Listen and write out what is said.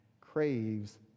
craves